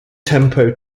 tempo